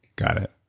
got it.